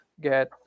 get